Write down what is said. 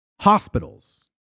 hospitals